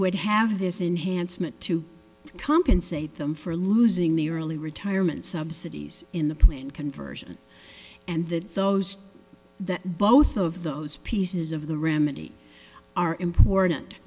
would have this enhanced mut to compensate them for losing the early retirement subsidies in the plan conversion and that those that both of those pieces of the remedy are important